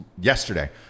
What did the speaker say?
yesterday